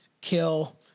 kill